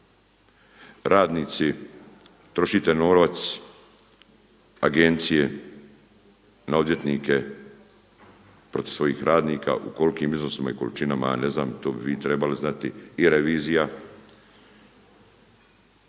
Radnici, trošite novac agencije na odvjetnike protiv svojih radnika u kolikim iznosima i količinama ja ne znam, to bi vi trebali znati i revizija.